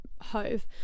Hove